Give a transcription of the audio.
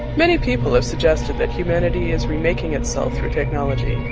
many people have suggested that humanity is remaking itself through technology.